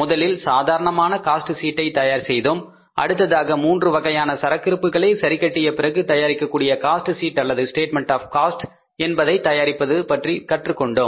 முதலில் சாதாரணமான காஸ்ட் சீட்டை தயார் செய்தோம் அடுத்ததாக 3 வகையான சரக்கிருப்புகளை சரிகட்டிய பிறகு தயாரிக்கக்கூடிய காஸ்ட் ஷீட் அல்லது ஸ்டேட்மெண்ட் ஆப் காஸ்ட் என்பதை தயாரிப்பது பற்றி கற்றுக் கொண்டோம்